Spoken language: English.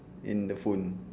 in the phone